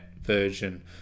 version